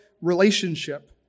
relationship